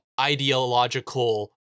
ideological